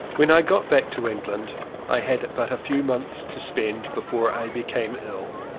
when i got back to england i had but a few months to spend before i became ill.